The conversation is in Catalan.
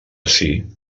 ací